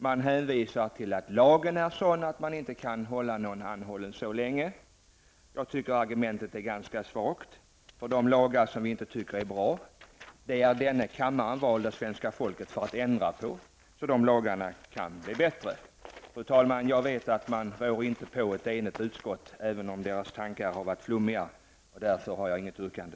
Man hänvisar till att lagen är sådan att man inte kan hålla någon anhållen så länge. Det argumentet är ganska svagt. Denna kammare är vald av svenska folket för att ändra på de lagar som vi inte tycker är bra. De lagarna kan bli bättre. Fru talman! Jag vet att man inte rår på ett enigt utskott även om dess tankar har varit flummiga, och därför har jag inget yrkande.